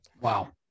wow